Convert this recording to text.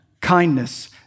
kindness